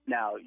Now